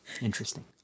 Interesting